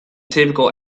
typical